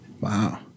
Wow